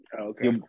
Okay